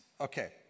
Okay